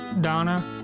Donna